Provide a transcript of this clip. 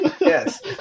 Yes